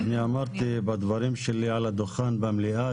אני אמרתי בדברים שלי על הדוכן במליאה